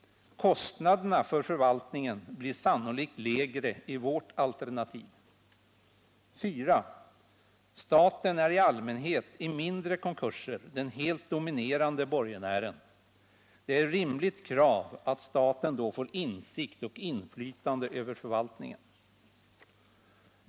Kostnaderna för förvaltningen blir sannolikt lägre i vårt alternativ. 4. Staten är i allmänhet i mindre konkurser den helt dominerande borgenären. Det är ett rimligt krav att staten då får insyn i och inflytande över förvaltningen.